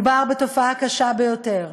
מדובר בתופעה קשה ביותר,